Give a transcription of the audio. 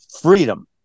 freedom